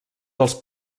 dels